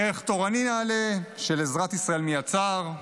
ערך תורני נעלה של עזרת ישראל מיד צר.